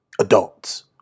adults